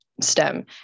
STEM